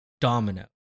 Domino